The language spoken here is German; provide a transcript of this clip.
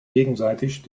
gegenseitig